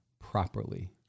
properly